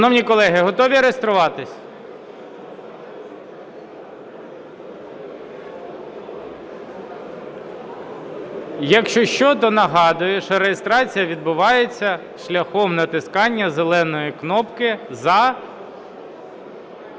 Шановні колеги, готові реєструватись? Якщо що, то нагадую, що реєстрація відбувається шляхом натискання зеленої кнопки "за".